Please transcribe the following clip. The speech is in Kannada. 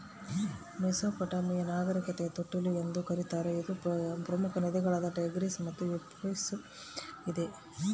ಮೆಸೊಪಟ್ಯಾಮಿಯಾ ನಾಗರಿಕತೆಯ ತೊಟ್ಟಿಲು ಎಂದು ಕರೀತಾರ ಇದು ಪ್ರಮುಖ ನದಿಗಳಾದ ಟೈಗ್ರಿಸ್ ಮತ್ತು ಯೂಫ್ರಟಿಸ್ ಇದೆ